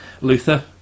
Luther